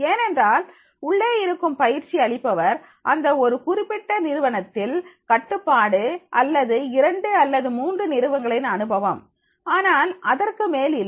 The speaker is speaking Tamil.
ஏனென்றால் உள்ளே இருக்கும் பயிற்சி அளிப்பவர் அந்த ஒரு குறிப்பிட்ட நிறுவனத்தில் கட்டுப்பாடு அல்லது இரண்டு அல்லது 3 நிறுவனங்களின் அனுபவம் ஆனால் அதற்கு மேல் இல்லை